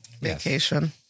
Vacation